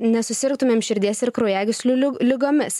nesusirgtumėm širdies ir kraujagyslių ligomis